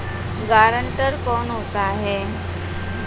Guarantor कौन होता है?